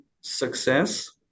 success